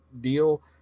deal